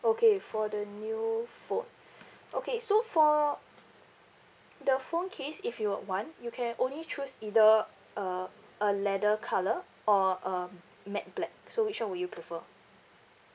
okay for the new phone okay so for the phone case if you would want you can only choose either uh uh leather colour or um matte black so which one would you prefer